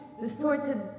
distorted